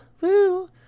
woo